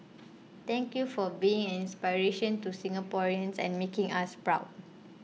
thank you for being an inspiration to Singaporeans and making us proud